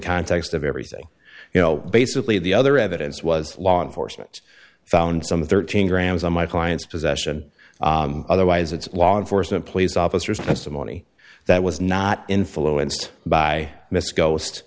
context of everything you know basically the other evidence was law enforcement found some of thirteen grams on my client's possession otherwise it's law enforcement police officers testimony that was not influenced by miss ghost